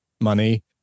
money